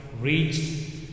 reached